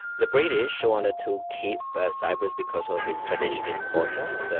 the british wanted to keep cyprus because of its strategic importance,